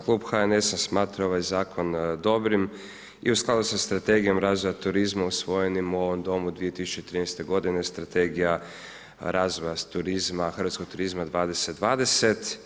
Klub HNS-a smatra ovaj zakon dobrim i u skladu sa strategiju razvoja turizma usvojenim u ovom Domu 2013. g. strategija razvoja hrvatskog turizma 20:20.